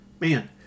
man